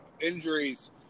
Injuries